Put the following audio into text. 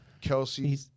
Kelsey